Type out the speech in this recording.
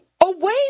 away